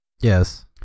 Yes